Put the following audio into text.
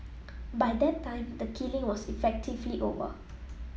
by that time the killing was effectively over